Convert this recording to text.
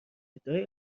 ادعای